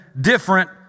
different